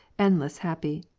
endlessly happy.